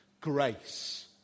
grace